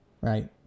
right